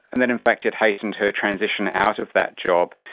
and that in fact it hastened her transition out of that job.